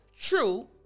true